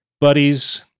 buddies